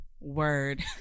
Word